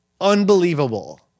unbelievable